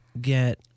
get